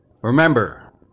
remember